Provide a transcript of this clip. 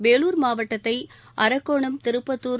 வேலூர் மாவட்டத்தை அரக்கோணம் திருபத்தூர்